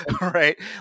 right